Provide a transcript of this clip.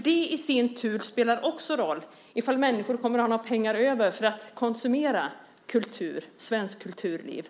Det i sin tur spelar också roll för om människor kommer att ha pengar över för att konsumera kultur i Sverige.